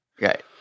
Right